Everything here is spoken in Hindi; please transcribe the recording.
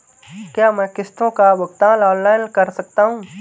क्या मैं किश्तों का भुगतान ऑनलाइन कर सकता हूँ?